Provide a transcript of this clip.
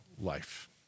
life